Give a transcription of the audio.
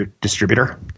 distributor